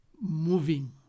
moving